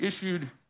issued